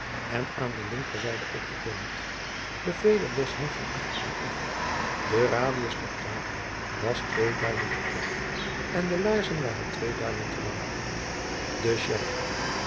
en aan de linkerzijde opgetoomd de vederbos hing van achteren af de radius der kraag was twee duimen te klein en de laarzen waren twee duimen te lang de sjerp